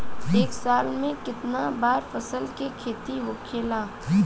एक साल में कितना बार फसल के खेती होखेला?